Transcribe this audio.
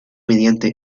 mediante